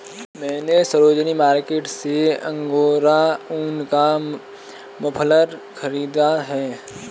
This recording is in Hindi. मैने सरोजिनी मार्केट से अंगोरा ऊन का मफलर खरीदा है